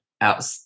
out